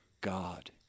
God